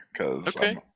Okay